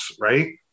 Right